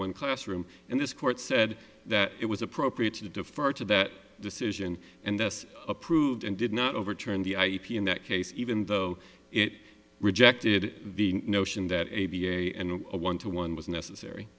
one classroom and this court said that it was appropriate to defer to that decision and this approved and did not overturn the ip in that case even though it rejected the notion that a b a and a one to one was necessary